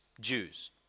Jews